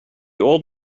old